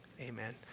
Amen